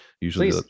usually